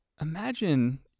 imagine